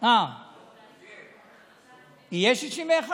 אני פה, אז יהיו 61. יהיו 61?